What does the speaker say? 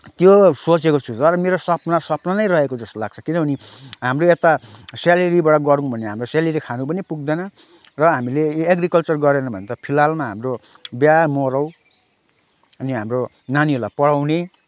त्यो सोचेको छुँ तर मेरो सपना सपना नै रहेको जस्तो लाग्छ किनभने हाम्रो यता स्यालेरीबाट गरौँ भने हाम्रो स्यालेरी खान पनि पुग्दैन र हामीले एग्रिकल्चर गरेनौँ भने त फिलहालमा हाम्रो बिहे मराउ अनि हाम्रो नानीहरूलाई पढाउने